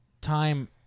time